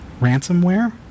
ransomware